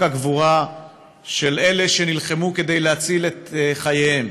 סיפור הגבורה של אלה שנלחמו כדי להציל את חייהם